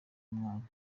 mwana